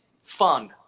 fun